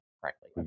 correctly